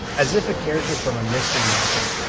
as if a character from a mystery novel,